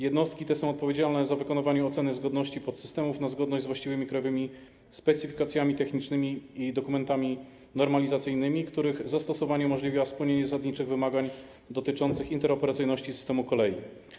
Jednostki te są odpowiedzialne za wykonywanie oceny zgodności podsystemów na zgodność z właściwymi krajowymi specyfikacjami technicznymi i dokumentami normalizacyjnymi, których zastosowanie umożliwia spełnienie zasadniczych wymagań dotyczących interoperacyjności systemu kolei.